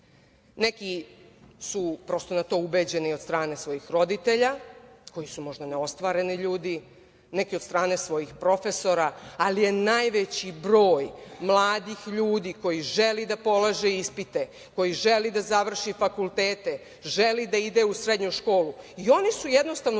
Neki su prosto u to ubeđeni od strane svojih roditelja, koji su možda neostvareni ljudi, neki od strane svojih profesora, ali je najveći broj mladih ljudi koji želi da polaže ispite, koji želi da završi fakultete, želi da ide u srednju školu. Oni su jednostavno